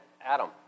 Adam